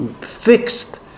fixed